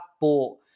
bought